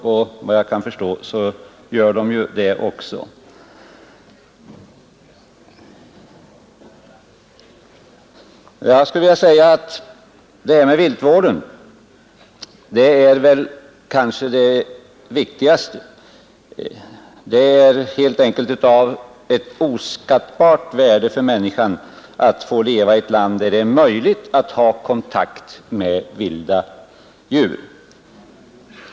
Och viltvården kommer i framtiden att bli alltmer dominerande och kanske det allra viktigaste. Det är faktiskt av oskattbart värde för oss att få leva i ett land där vi i naturen kan möta vilda djur.